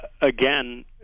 again